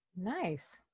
nice